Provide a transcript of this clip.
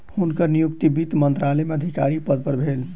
हुनकर नियुक्ति वित्त मंत्रालय में अधिकारी पद पर भेल